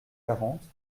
quarante